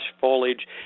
foliage